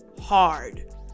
hard